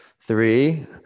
three